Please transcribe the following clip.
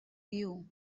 you